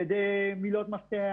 אם על ידי מילות מפתח,